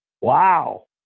wow